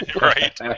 Right